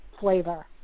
flavor